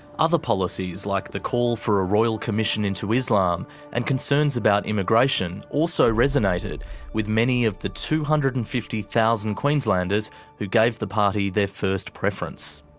other policies like the call for a royal commission into islam and concerns about immigration also resonated with the many of the two hundred and fifty thousand queenslanders who gave the party their first preference.